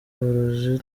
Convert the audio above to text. uburozi